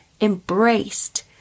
embraced